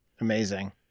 amazing